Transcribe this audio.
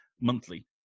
monthly